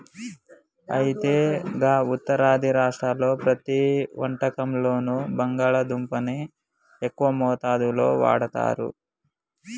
అయితే గా ఉత్తరాది రాష్ట్రాల్లో ప్రతి వంటకంలోనూ బంగాళాదుంపని ఎక్కువ మోతాదులో వాడుతారు